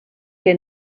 que